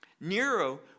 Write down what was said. Nero